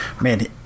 man